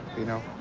you know,